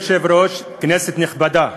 אדוני היושב-ראש, כנסת נכבדה,